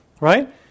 right